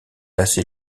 assez